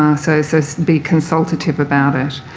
um so so so be consultative about it,